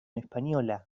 española